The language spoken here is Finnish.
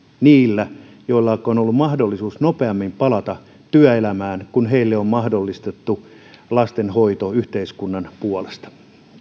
niillä joilla on ollut mahdollisuus nopeammin palata työelämään kun heille on mahdollistettu lastenhoito yhteiskunnan puolesta